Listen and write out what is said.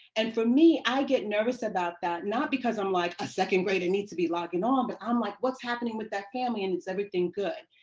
and for me i get nervous about that not because i'm, like, a second grader needs to be logging on, but um like what's happening with that family and is everything good?